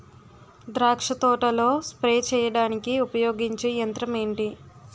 ద్రాక్ష తోటలో స్ప్రే చేయడానికి ఉపయోగించే యంత్రం ఎంటి?